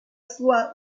sua